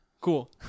Cool